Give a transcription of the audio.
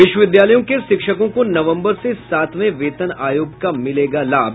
विश्वविद्यालयों के शिक्षकों को नवम्बर से सातवें वेतन आयोग का मिलेगा लाभ